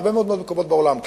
בהרבה מאוד מקומות בעולם,